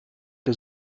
der